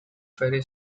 ferry